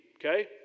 okay